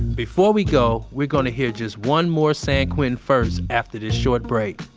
before we go, we're going to hear just one more san quentin first after this short break.